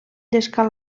llescar